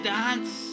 dance